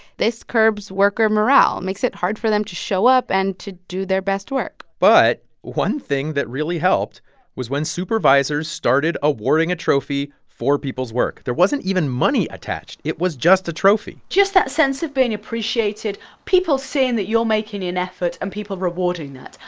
this curbs worker morale makes it hard for them to show up and to do their best work but one thing that really helped was when supervisors started awarding a trophy for people's work. there wasn't even money attached. it was just a trophy just that sense of being appreciated people seeing that you're making an effort and people rewarding that.